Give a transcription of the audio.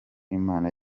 imana